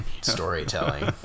storytelling